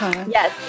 Yes